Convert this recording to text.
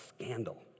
scandal